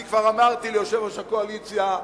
אני כבר אמרתי ליושב-ראש הקואליציה: